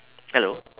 hello